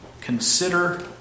consider